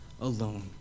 alone